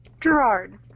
Gerard